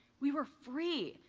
we were free.